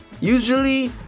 Usually